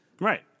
Right